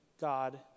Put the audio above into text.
God